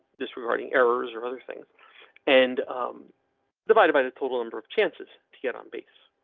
this regarding errors or other things and divided by the total number of chances to get on base.